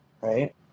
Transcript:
right